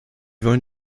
wollen